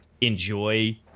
enjoy